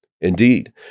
Indeed